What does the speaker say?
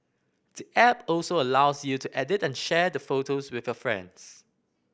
the app also allows you to edit and share the photos with your friends